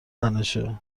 تنشه